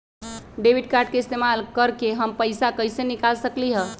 Debit card के इस्तेमाल करके हम पैईसा कईसे निकाल सकलि ह?